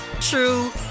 true